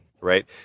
right